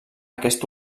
aquest